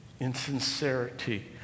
insincerity